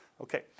Okay